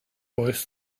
voice